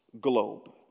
globe